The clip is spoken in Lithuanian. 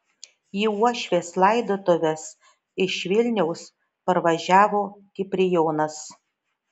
į uošvės laidotuves iš vilniaus parvažiavo kiprijonas